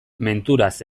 menturaz